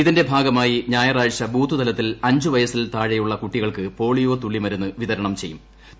ഇതിന്റെ ഭാഗമായി ഞായറാഴ്ച ബൂത്ത്തലത്തിൽ അഞ്ച് വയസിൽ താഴെയുള്ള കുട്ടികൾക്ക് പോളിയോ തുള്ളി മരുന്ന് വിതരണം ചെയ്യും